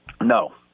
No